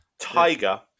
Tiger